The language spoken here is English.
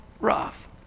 rough